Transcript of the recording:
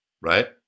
right